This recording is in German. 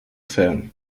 fan